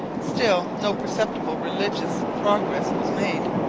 still, no perceptible religious progress was made.